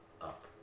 up